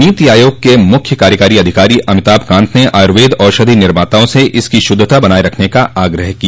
नीति आयोग के मुख्य कार्यकारी अधिकारी अमिताभ कांत ने आयुर्वेद औषधि निर्माताओं से इनकी शुद्धता बनाये रखने का आग्रह किया